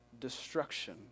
destruction